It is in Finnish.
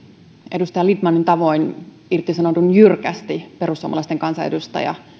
edustaja lindtmanin tavoin irtisanoudun jyrkästi perussuomalaisten kansanedustaja